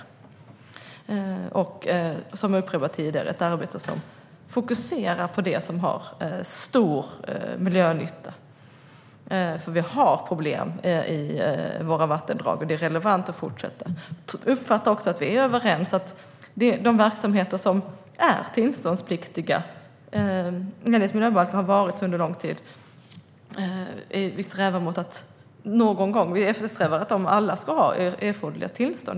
Som jag upprepat tidigare är det ett arbete som fokuserar på det som har stor miljönytta, eftersom vi ju har problem i våra vattendrag och det är relevant att fortsätta. Jag uppfattar också att vi är överens om att eftersträva att de verksamheter som är tillståndspliktiga och enligt miljöbalken har varit så under lång tid alla ska ha erforderliga tillstånd.